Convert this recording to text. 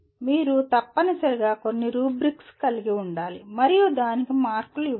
మీరు తప్పనిసరిగా కొన్ని రుబ్రిక్స్ కలిగి ఉండాలి మరియు దానికి మార్కులు ఇవ్వాలి